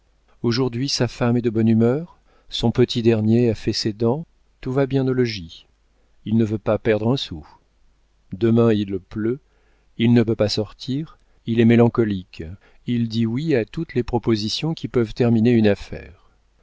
aujourd'hui sa femme est de bonne humeur son petit dernier a fait ses dents tout va bien au logis il ne veut pas perdre un sou demain il pleut il ne peut pas sortir il est mélancolique il dit oui à toutes les propositions qui peuvent terminer une affaire